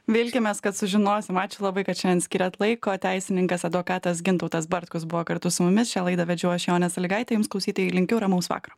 vilkimės kad sužinosim ačiū labai kad šiandien skirėt laiko teisininkas advokatas gintautas bartkus buvo kartu su mumis šią laidą vedžiau aš jonė sąlygaitė jums klausytojai linkiu ramaus vakaro